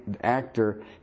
actor